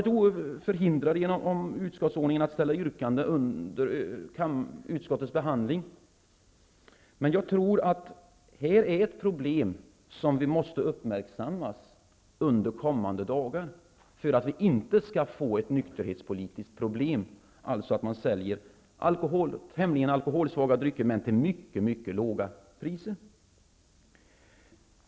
Genom utskottsordningen har vi i Vänsterpartiet varit förhindrade att ställa yrkanden under utskottets behandling, men jag tror att detta är ett problem som måste uppmärksammas under kommande dagar för att vi inte skall få ett nykterhetspolitiskt problem, dvs. att tämligen alkoholsvaga drycker säljs till mycket mycket låga priser.